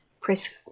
press